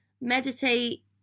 meditate